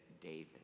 David